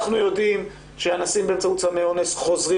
אנחנו יודעים שהאנסים באמצעות סמי אונס חוזרים